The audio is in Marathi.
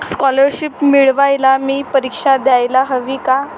स्कॉलरशिप मिळवायला मी परीक्षा द्यायला हवी का